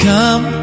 Come